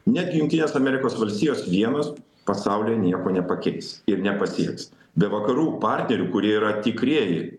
negi jungtinės amerikos valstijos vienos pasaulio nieko nepakeis ir nepasieks be vakarų partnerių kurie yra tikrieji